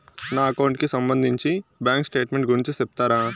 నా అకౌంట్ కి సంబంధించి బ్యాంకు స్టేట్మెంట్ గురించి సెప్తారా